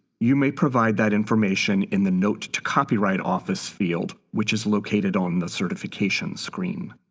you may provide that information in the note to copyright office field which is located on the certification screen.